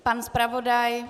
Pan zpravodaj.